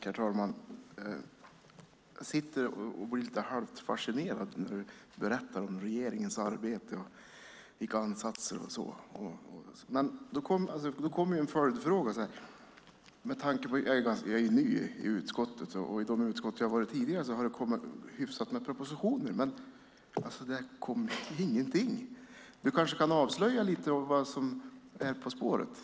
Herr talman! Jag blir halvt fascinerad när du, Anne Marie Brodén, berättar om regeringens arbete, om ansatser och sådant. Jag är ny i kulturutskottet. Tidigare har jag suttit med i en del utskott. Då har det kommit hyfsat med propositioner. Men i kulturfrågor kommer ingenting. Kanske kan du avslöja lite grann om vad som är på gång.